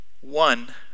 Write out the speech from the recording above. One